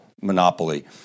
monopoly